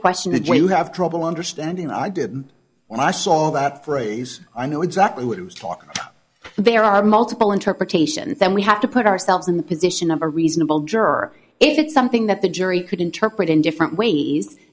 question the joy you have trouble understanding i did when i saw that phrase i know exactly what it was for there are multiple interpretations then we have to put ourselves in the position of a reasonable juror if it's something that the jury could interpret in different ways